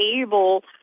able